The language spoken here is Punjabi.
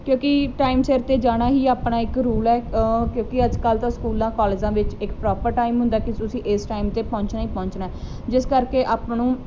ਕਿਉਂਕਿ ਟਾਈਮ ਸਿਰ ਤੇ ਜਾਣਾ ਹੀ ਆਪਣਾ ਇੱਕ ਰੂਲ ਐ ਕਿਉਂਕਿ ਅੱਜ ਕੱਲ ਤਾਂ ਸਕੂਲਾਂ ਕਾਲਜਾਂ ਵਿੱਚ ਇੱਕ ਪ੍ਰੋਪਰ ਟਾਈਮ ਹੁੰਦਾ ਕੀ ਤੁਸੀਂ ਇਸ ਟਾਈਮ ਤੇ ਪਹੁੰਚਣਾ ਈ ਪਹੁੰਚਣਾ ਜਿਸ ਕਰਕੇ ਆਪਾਂ ਨੂੰ